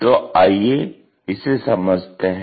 तो आइये इसे समझते हैं